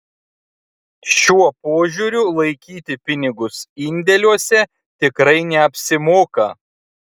šiuo požiūriu laikyti pinigus indėliuose tikrai neapsimoka